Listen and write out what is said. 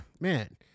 man